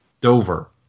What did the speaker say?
Dover